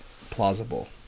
plausible